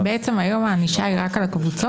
בעצם הענישה היום היא רק על הקבוצות?